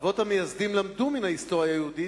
האבות המייסדים למדו פרק חשוב ביותר מן ההיסטוריה היהודית,